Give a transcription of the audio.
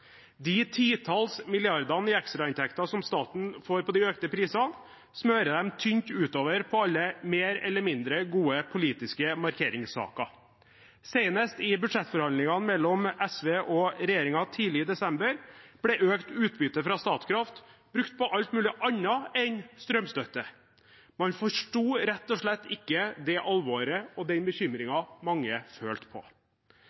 De titalls milliardene i ekstrainntekter som staten får med de økte prisene, smører de tynt utover på alle mer eller mindre gode politiske markeringssaker. Senest i budsjettforhandlingene mellom SV og regjeringen tidlig i desember ble økt utbytte fra Statkraft brukt på alt mulig annet enn strømstøtte. Man forsto rett og slett ikke alvoret og bekymringen mange følte på.